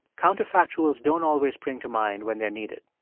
counterfactuals don't always spring to mind when they're needed.